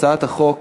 הצעת החוק